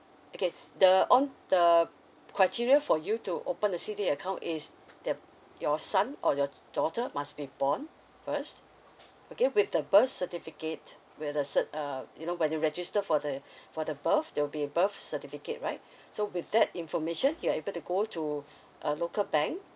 okay the on the criteria for you to open a C_D_A account is that your son or your daughter must be born first okay with the birth certificate with the cert uh you know when you register for the for the birth there will be birth certificate right so with that information you are able to go to a local bank